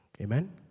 Amen